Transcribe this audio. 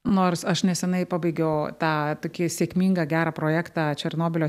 nors aš neseniai pabaigiau tą tokį sėkmingą gerą projektą černobylio